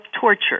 torture